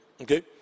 okay